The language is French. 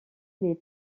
les